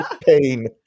pain